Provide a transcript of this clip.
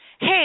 hey